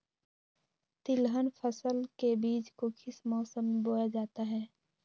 तिलहन फसल के बीज को किस मौसम में बोया जाता है?